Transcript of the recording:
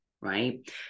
right